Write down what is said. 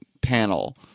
panel